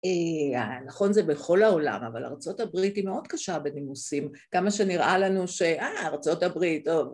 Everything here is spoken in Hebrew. נכון זה בכל העולם, אבל ארה״ב היא מאוד קשה בנימוסים, כמה שנראה לנו שהא, ארה״ב, טוב.